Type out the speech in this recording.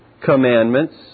commandments